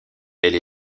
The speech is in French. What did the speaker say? elle